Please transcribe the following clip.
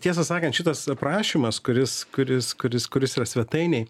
tiesą sakant šitas aprašymas kuris kuris kuris kuris yra svetainėj